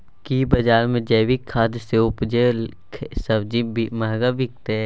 की बजार मे जैविक खाद सॅ उपजेल सब्जी महंगा बिकतै?